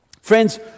Friends